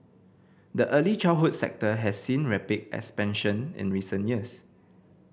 the early childhood sector has seen rapid expansion in recent years